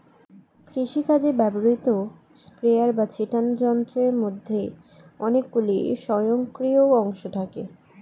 কৃষিকাজে ব্যবহৃত স্প্রেয়ার বা ছিটোনো যন্ত্রের মধ্যে অনেকগুলি স্বয়ংক্রিয় অংশ থাকে